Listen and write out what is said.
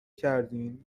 کردین